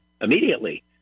immediately